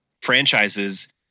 franchises